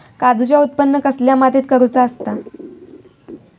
काजूचा उत्त्पन कसल्या मातीत करुचा असता?